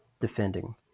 defending